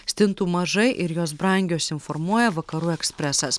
stintų mažai ir jos brangios informuoja vakarų ekspresas